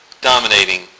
dominating